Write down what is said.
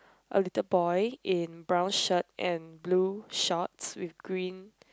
a little boy in brown shirt and blue shorts with green